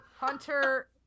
Hunter